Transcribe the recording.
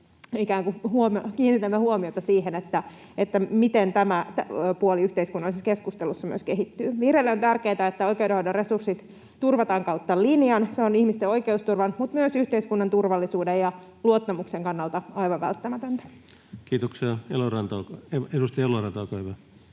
ja kiinnitämme huomiota siihen, miten myös tämä puoli yhteiskunnallisessa keskustelussa kehittyy. Vihreille on tärkeätä, että oikeudenhoidon resurssit turvataan kautta linjan. Se on ihmisten oikeusturvan mutta myös yhteiskunnan turvallisuuden ja luottamuksen kannalta aivan välttämätöntä. [Speech 141] Speaker: